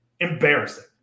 Embarrassing